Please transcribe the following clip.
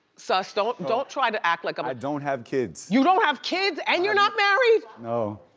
suss, don't don't try to act like i'm i don't have kids. you don't have kids and you're not married? no.